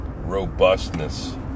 robustness